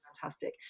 fantastic